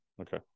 Okay